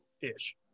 ish